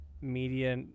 media